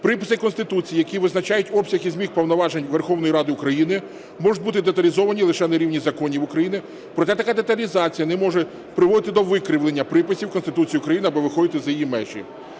приписи Конституції, які визначають обсяг і зміст повноважень Верховної Ради України, можуть бути деталізовані лише на рівні законів України. Проте така деталізація не може приводити до викривлення приписів Конституції України або виходити за її межі.